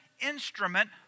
instrument